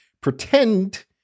pretend